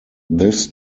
this